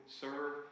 serve